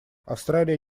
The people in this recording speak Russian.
австралия